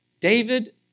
David